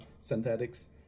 synthetics